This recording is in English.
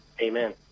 Amen